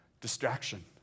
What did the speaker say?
distraction